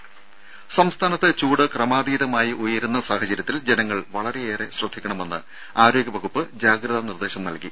ദേദ സംസ്ഥാനത്ത് ചൂട് ക്രമാതീതമായി ഉയരുന്ന സാഹചര്യത്തിൽ ജനങ്ങൾ വളരെയേറെ ശ്രദ്ധിക്കണമെന്ന് ആരോഗ്യ വകുപ്പ് ജാഗ്രതാ നിർദ്ദേശം നൽകി